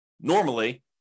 normally